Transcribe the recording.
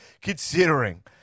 considering